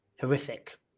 horrific